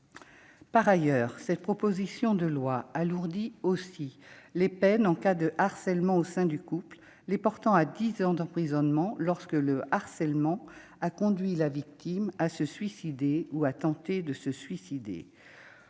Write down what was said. Par ailleurs, cette proposition de loi alourdit aussi les peines en cas de harcèlement au sein du couple, les portant à dix ans d'emprisonnement, lorsque le harcèlement a conduit la victime à se suicider ou à tenter de se suicider.